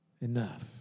Enough